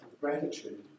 gratitude